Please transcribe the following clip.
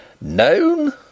Known